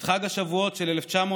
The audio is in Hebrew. את חג השבועות של 1941